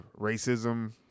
racism